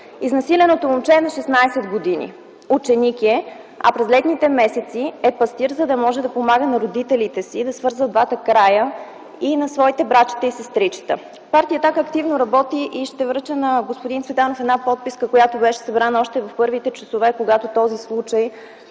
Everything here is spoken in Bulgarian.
Изнасиленото момче е на 16 години. Ученик е, а през летните месеци е пастир, за да може да помага на родителите си да свързват двата края, и на своите братчета и сестричета. Партия „Атака” активно работи и ще връча на господин Цветанов една подписка, която беше събрана още в първите часове, когато този случай